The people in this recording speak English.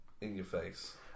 in-your-face